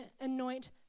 anoint